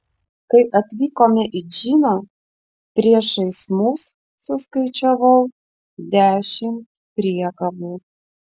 kai atvykome į džiną priešais mus suskaičiavau dešimt priekabų